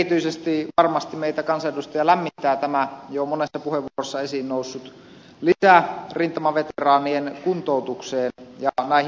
erityisesti varmasti meitä kansanedustajia lämmittää tämä jo monessa puheenvuorossa esiin noussut lisä rintamaveteraanien kuntoutukseen ja näihin voimavaroihin